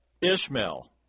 Ishmael